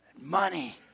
money